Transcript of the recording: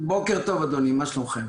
בוקר טוב, אדוני, מה שלומכם?